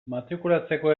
matrikulatzeko